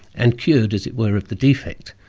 and cured, as it were, of the defect,